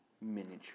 miniature